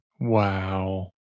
Wow